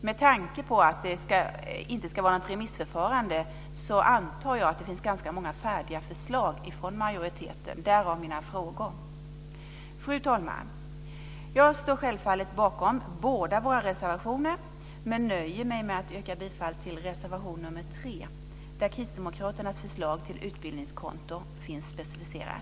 Med tanke på att det inte ska vara något remissförfarande antar jag att det finns ganska många färdiga förslag från majoriteten, därav mina frågor. Fru talman! Jag står självfallet bakom båda våra reservationer men nöjer mig med att yrka bifall till reservation nr 3, där kristdemokraternas förslag till utbildningskonto finns specificerat.